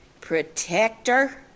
Protector